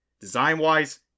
Design-wise